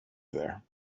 there